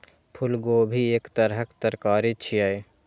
फूलगोभी एक तरहक तरकारी छियै